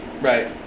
right